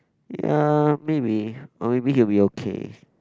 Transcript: ya maybe or maybe he'll be okay